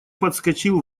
подскочил